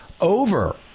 over